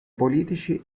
politici